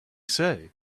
say